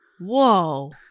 Whoa